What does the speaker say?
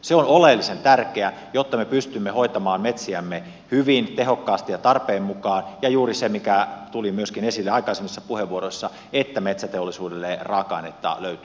se on oleellisen tärkeää jotta me pystymme hoitamaan metsiämme hyvin tehokkaasti ja tarpeen mukaan ja juuri sen vuoksi mikä tuli myöskin esille aikaisemmissa puheenvuoroissa että metsäteollisuudelle raaka ainetta löytyy